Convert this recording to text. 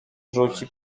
rzuci